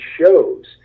shows